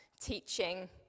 teaching